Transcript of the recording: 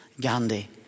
Gandhi